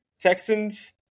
texans